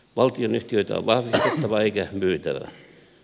valtionyhtiöitä on vahvistettava eikä myytävä